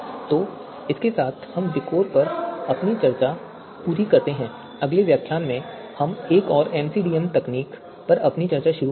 तो इसके साथ हम विकोर पर अपनी चर्चा पूरी करते हैं और अगले व्याख्यान में हम एक और एमसीडीएम तकनीक पर अपनी चर्चा शुरू करेंगे